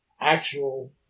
actual